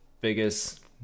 biggest